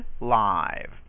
live